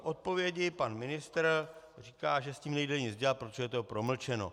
V odpovědi pan ministr říká, že s tím nejde nic dělat, protože je to promlčeno.